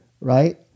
right